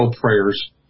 prayers